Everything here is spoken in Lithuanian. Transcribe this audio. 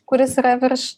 kuris yra virš